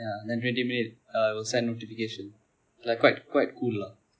ya then twenty minute it will send notification like quite quite cool lah